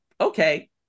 okay